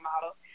model